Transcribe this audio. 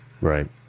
Right